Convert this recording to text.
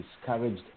discouraged